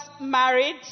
married